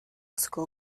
school